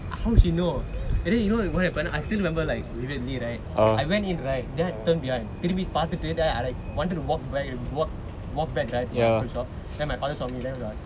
how she know and then you know what happened I still remember like vividly right I went in right that turn behind திரும்பி பாத்துட்டு:thirumbi paathuttu then I like I wanted to walk walk back to my uncle shop then my father saw me then like